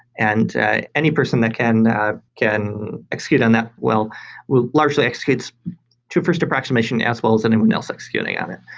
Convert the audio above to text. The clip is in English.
and any person that can can execute on that well will largely execute to first approximation as well as anyone else executing on it.